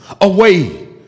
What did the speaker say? away